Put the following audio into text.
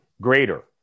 greater